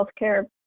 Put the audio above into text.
healthcare